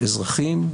אזרחים,